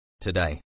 Today